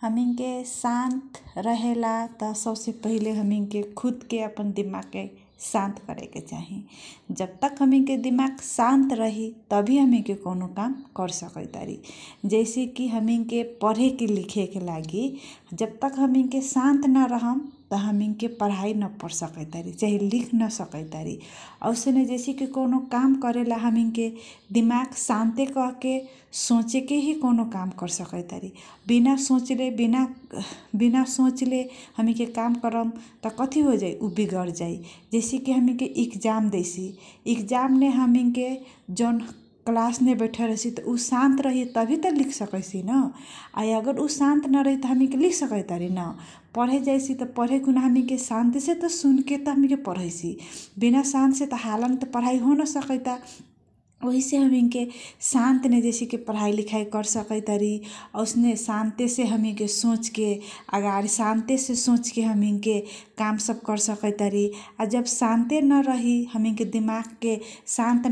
हामिन के शान्त रहेला पहिला हामी के खुद के दिमाग शान्त गरेके चाहिँ तब तक हमिन के दिमाग शान्त रही तबही कौनो काम कर सकैतारी जैसेकी हमिङके परेके लागि जब तक हामी के शान्त नरहम त ना लिग सकैतारी औसने जैसेकी कौनो काम करेला हामी के दिमाग शान्त गरेकेही बिना सोचले काम ऊ विगत जाई जैसे जैसेकी इक्जाम देइसी, इक्जाम ने हमिंग के जन क्लास मे बैथल रहैसी उ शान्त रही त लिके लेख्न सकैतारी नपढे जाइसी त परेखुना त शान्त से त सुन्ने के रहसी हालामे पढाई हुन सकैता । उही से हमिङ के शान्त जैसे कि पढाइ सोच पढाइ लेखाई करसकै तारी शान्त से हमिङ्ग के सोचे के हामी के काम सबकर सकतारी के दिमाग के शान्त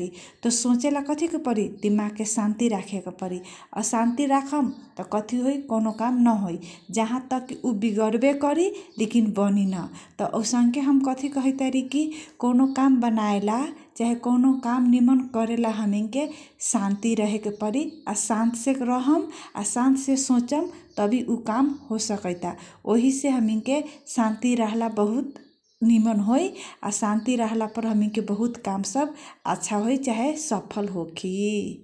यी सोच्ला से कथी करेके परी दिमाग शान्त राखेके परी अशान्ति राखम त कति होइ कौनो काम नाहो करी लेकिन बनि त असंख्य हम कथी कहतारी कि कनो काम बनाएलासे चाहे कौन काम नियमन करेला हमिंग के शान्ति रहेके परी शान्त से रहम अशान्त से सोचम त भी उ काम काम हो सकैता वही से हमिंग के शान्ति रहला बहुत निमन होइ या शान्ति रहला पर हामी के बहुत काम सबै चाहे सफल होखी ।